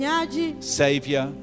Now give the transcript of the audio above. Savior